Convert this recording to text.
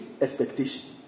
expectation